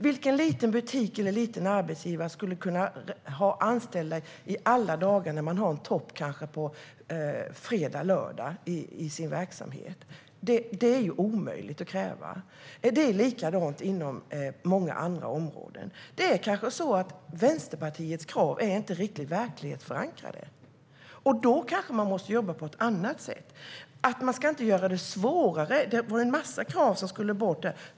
Vilken liten butik eller arbetsgivare skulle kunna ha anställda alla dagar om man har en topp på kanske fredag-lördag i sin verksamhet? Det är omöjligt att kräva, och det är likadant inom många andra områden. Det kanske är så att Vänsterpartiets krav inte är riktigt verklighetsförankrade. Då kanske man måste jobba på ett annat sätt och inte göra det svårare. Det var en massa krav som skulle bort.